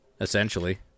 Essentially